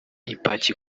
ipaki